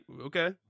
Okay